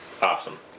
Awesome